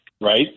Right